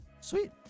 sweet